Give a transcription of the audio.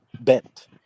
bent